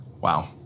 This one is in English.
Wow